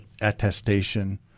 attestation